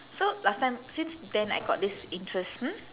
so last time since then I got this interest hmm